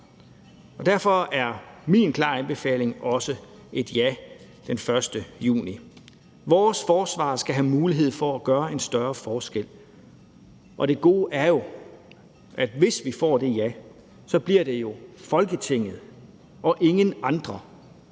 derfor er min klare anbefaling også et ja den 1. juni. Vores forsvar skal have mulighed for at gøre en større forskel, og det gode er jo, at det, hvis vi får det ja, så bliver Folketinget og ingen andre,